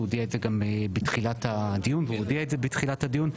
הודיע את זה גם בתחילת הדיון והוא הודיע את זה בתחילת הדיון.